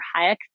Hayek